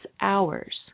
hours